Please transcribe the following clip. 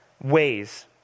ways